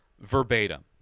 verbatim